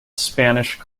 spanish